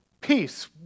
Peace